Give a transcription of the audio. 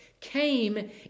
came